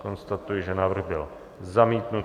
Konstatuji, že návrh byl zamítnut.